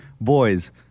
Boys